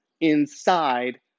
inside